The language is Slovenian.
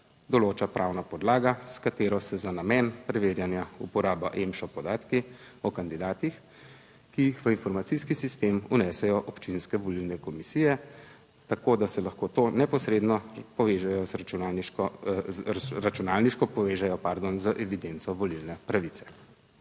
določa pravna podlaga s katero se za namen preverjanja uporaba EMŠO podatki o kandidatih, ki jih v informacijski sistem vnesejo občinske volilne komisije tako, da se lahko to neposredno povežejo z računalniško računalniško povežejo, pardon, z evidenco volilne pravice.